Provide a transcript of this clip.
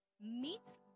meets